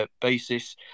basis